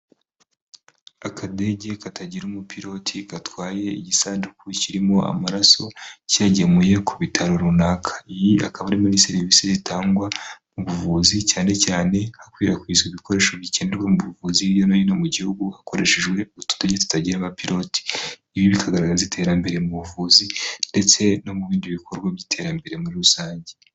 Akadege katagira umupilote gatwaye igisanduku kirimo amaraso cyayagemuye ku bitaro runaka, iyi akaba ari muri serivisi zitangwa mu buvuzi cyane cyane hakwirakwizwa ibikoresho bikenerwa mu buvuzi hirya no hino mu gihugu hakoreshejwe utudege tutagira abapiloti, ibi bikagaragaza iterambere mu buvuzi ndetse no mu bindi bikorwa by'iterambere muri rusange.